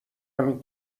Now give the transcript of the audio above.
همین